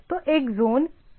तो एक ज़ोन क्या है